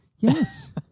Yes